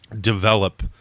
develop